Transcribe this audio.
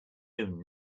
own